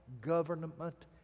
government